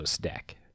deck